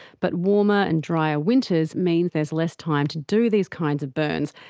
but warmer, and drier winters mean there is less time to do these kinds of burns,